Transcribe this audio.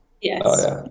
yes